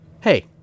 Hey